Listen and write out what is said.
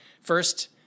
First